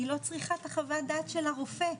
אני לא צריכה את החוות דעת של הרופא,